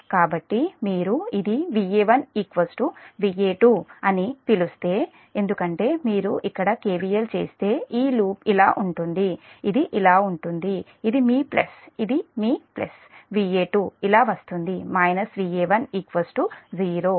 కాబట్టి మీరు ఇది Va1 Va2 అని పిలుస్తే ఎందుకంటే మీరు ఇక్కడ KVL చేస్తే ఈ లూప్ ఇలా ఉంటుంది ఇది ఇలా ఉంటుంది ఇది మీ ప్లస్ మీ ప్లస్ Va2 ఇలా వస్తుంది Va1 0